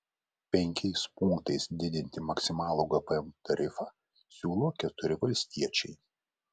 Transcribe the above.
penkiais punktais didinti maksimalų gpm tarifą siūlo keturi valstiečiai